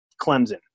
Clemson